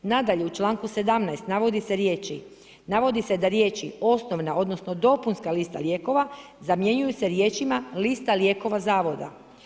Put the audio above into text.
Nadalje, u članku 17. navode se riječi, navodi se da riječi „osnovna odnosno dopunska lista lijekova“ zamjenjuju se riječima „lista lijekova Zavoda“